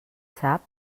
sap